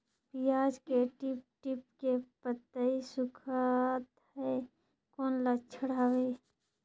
पियाज के टीप टीप के पतई सुखात हे कौन लक्षण हवे?